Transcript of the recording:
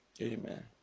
Amen